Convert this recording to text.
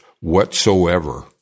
whatsoever